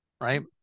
Right